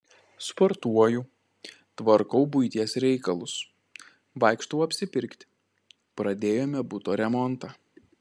sportuoju tvarkau buities reikalus vaikštau apsipirkti pradėjome buto remontą